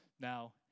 Now